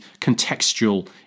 contextual